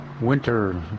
winter